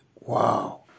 wow